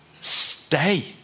stay